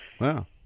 Wow